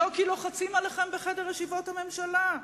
לא כי לוחצים עליכם בחדר ישיבות הממשלה.